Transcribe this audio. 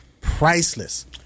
priceless